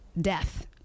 death